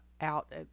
out